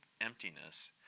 emptiness